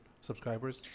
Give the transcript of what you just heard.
subscribers